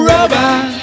Robot